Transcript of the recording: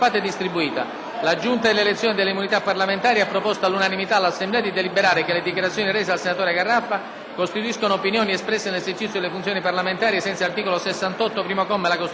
costituiscono opinioni espresse nell'esercizio delle funzioni parlamentari ai sensi dell'articolo 68, primo comma, della Costituzione. Chiedo al relatore, senatore Izzo, se intende intervenire.